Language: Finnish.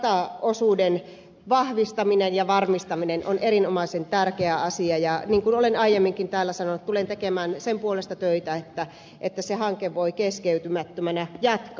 seinäjokioulu rataosuuden vahvistaminen ja varmistaminen on erinomaisen tärkeä asia ja niin kuin olen aiemminkin täällä sanonut tulen tekemään sen puolesta töitä että se hanke voi keskeytymättömänä jatkaa